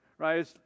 Right